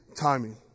timing